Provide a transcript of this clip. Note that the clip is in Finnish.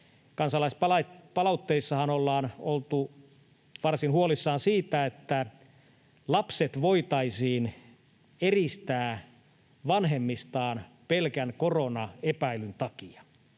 Kansalaispalautteissahan ollaan oltu varsin huolissaan siitä, että lapset voitaisiin eristää vanhemmistaan pelkän koronaepäilyn takia.